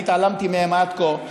אני התעלמתי מהן עד כה.